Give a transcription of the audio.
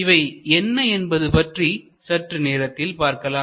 இவை என்ன என்பது பற்றி சற்று நேரத்தில் பார்க்கலாம்